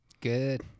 Good